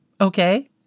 Okay